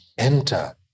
enter